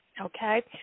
okay